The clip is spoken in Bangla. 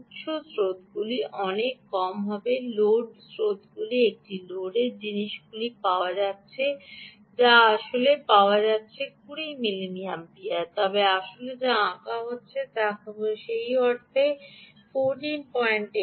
উত্স স্রোতগুলি অনেক কম তবে লোড স্রোতগুলি একটি লোডের জিনিসগুলি পাওয়া যাচ্ছে যা আসলে পাওয়া যাচ্ছে 20 মিলিঅ্যাম্পিয়ার তবে আসলে যা আঁকা হচ্ছে তা কেবল সেই অর্থে 148 মিলিঅ্যাম্পিয়ারের